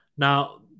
Now